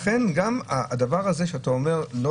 לכן גם הדבר הזה שאתה אומר,